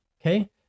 okay